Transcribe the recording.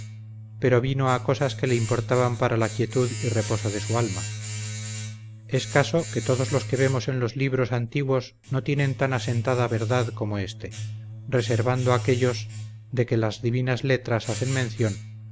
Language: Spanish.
pero vino a cosas que le importaban para la quietud y reposo de su alma es caso que todos los que vemos en los libros antiguos no tienen tan asentada verdad como este reservando aquellos de que las divinas letras hacen mención